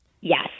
Yes